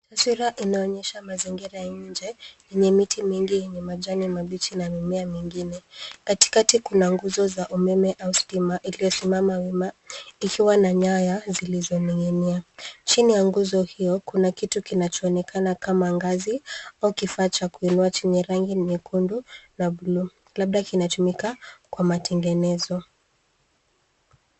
Sera inaonyesha mazingira ya nje yenye miti mingi yenye majani mabichi na mimea mingine. Katikati kuna nguzo za umeme au stima iliyo simama wima ikiwa na nyaya zilizo ninginia. Chini ya nguzo hiyo kuna kitu kinacho onekana kama ngazi au kifaa cha kuinua chenye rangi nyekundu na bluu labda kinatumika kwa matengenezo.